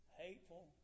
hateful